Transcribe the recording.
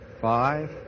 five